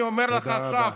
אני אומר לך עכשיו,